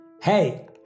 Hey